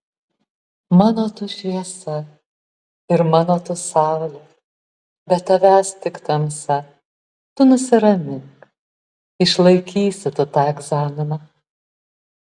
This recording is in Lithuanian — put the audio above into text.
mano tu šviesa ir mano tu saulė be tavęs tik tamsa tu nusiramink išlaikysi tu tą egzaminą